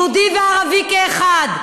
יהודי וערבי כאחד,